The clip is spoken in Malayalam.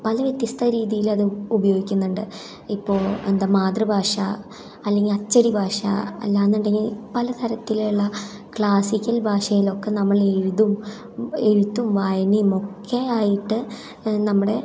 പല വ്യത്യസ്ത രീതിയിലത് ഉപയോഗിക്കുന്നുണ്ട് ഇപ്പോൾ എന്താ മാതൃഭാഷ അല്ലെങ്കിൽ അച്ചടി ഭാഷ അല്ലാ എന്നുണ്ടെങ്കിൽ പലതരത്തിലുള്ള ക്ലാസിയ്ക്കൽ ഭാഷയിലൊക്കെ നമ്മളെഴുതും എഴുത്തും വായനയും ഒക്കെ ആയിട്ട് നമ്മുടെ